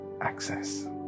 access